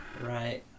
Right